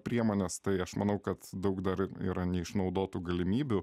priemones tai aš manau kad daug dar yra neišnaudotų galimybių